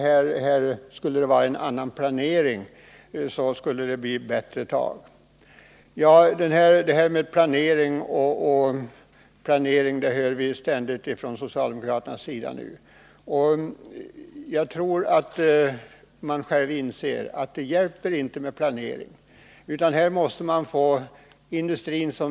Han anförde att förhållandena skulle bli bättre med en annan planering. Vi får ständigt höra från socialdemokraterna hur viktigt det är med planering. Men jag tror att ni själva inser att det inte hjälper med planering.